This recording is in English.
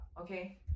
okay